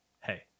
hey